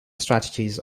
strategies